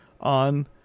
on